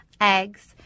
eggs